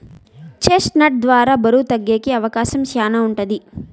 chest నట్ ద్వారా బరువు తగ్గేకి అవకాశం శ్యానా ఉంటది